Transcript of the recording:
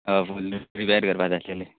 अ full new repair करपा जाय आसलेली